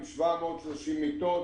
עם 730 מיטות,